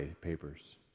papers